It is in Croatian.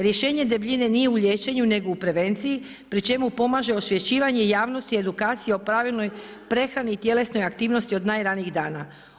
Rješenje debljine nije u liječenju nego u prevenciji pri čemu pomaže osvješćivanje javnosti, edukacija o pravilnoj prehrani i tjelesnoj aktivnosti od najranijih dana.